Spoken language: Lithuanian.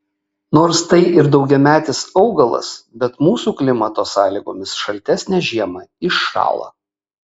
nors tai ir daugiametis augalas bet mūsų klimato sąlygomis šaltesnę žiemą iššąla